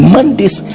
Mondays